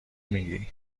میگی